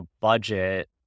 budget